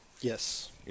Yes